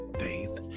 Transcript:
faith